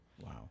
Wow